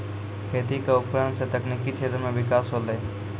खेती क उपकरण सें तकनीकी क्षेत्र में बिकास होलय